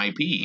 ip